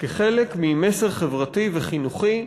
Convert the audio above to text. כחלק ממסר חברתי וחינוכי שלנו,